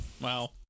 Wow